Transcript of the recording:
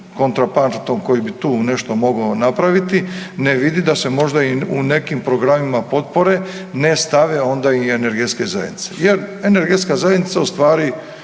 kontrapartom koji bi tu nešto mogao napraviti ne vidi da se možda i u nekim programima potpore ne stave onda i energetske zajednice jer energetska zajednica u stvari